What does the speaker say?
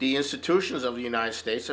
the institutions of the united states